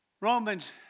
Romans